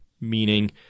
meaning